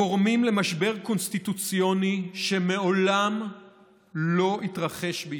גורמים למשבר קונסטיטוציוני שמעולם לא התרחש בישראל.